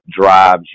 drives